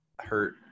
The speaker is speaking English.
hurt